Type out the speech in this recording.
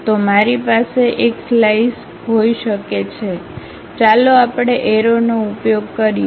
તો મારી પાસે એકસ્લાઈસ હોઈ શકે છે ચાલો આપણે એરો નો ઉપયોગ કરીએ